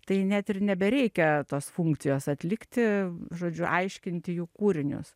tai net ir nebereikia tos funkcijos atlikti žodžiu aiškinti jų kūrinius